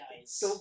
guys